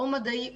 או מדעי,